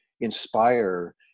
inspire